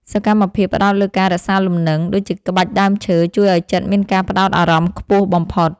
សកម្មភាពផ្ដោតលើការរក្សាលំនឹង ដូចជាក្បាច់ដើមឈើ ជួយឱ្យចិត្តមានការផ្ដោតអារម្មណ៍ខ្ពស់បំផុត។